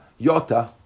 Yota